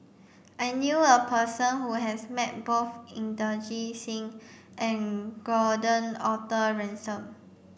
I knew a person who has met both Inderjit Singh and Gordon Arthur Ransome